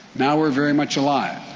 now we're very much alive.